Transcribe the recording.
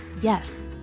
Yes